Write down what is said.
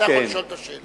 אתה יכול לשאול את השאלה.